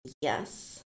Yes